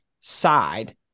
side